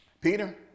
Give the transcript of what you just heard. Peter